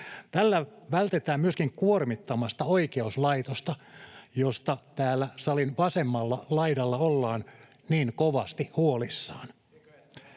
Tällä vältetään myöskin kuormittamasta oikeuslaitosta, josta täällä salin vasemmalla laidalla ollaan niin kovasti huolissaan.